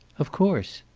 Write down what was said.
of course.